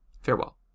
Farewell